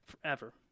forever